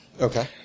Okay